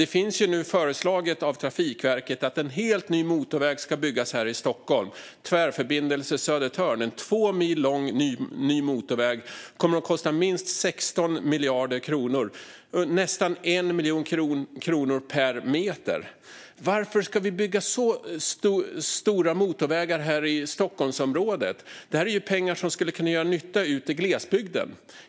Trafikverket föreslår att en helt ny motorväg ska byggas här i Stockholm - Tvärförbindelse Södertörn, en 2 mil lång ny motorväg som kommer att kosta minst 16 miljarder. Det är nästan 1 miljon kronor per meter. Varför ska vi bygga så stora motorvägar här i Stockholmsområdet? Det här är ju pengar som skulle kunna göra nytta ute i glesbygden.